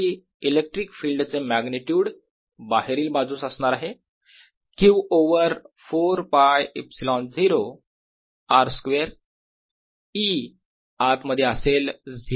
4πR2Q28π0R तर शेल साठी electric field चे मॅग्नेट्युड बाहेरील बाजूस असणार आहे Q over 4 ㄫ ε0 r square E आत मध्ये असेल 0